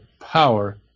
power